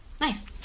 Nice